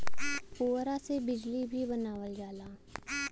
पुवरा से बिजली भी बनावल जाला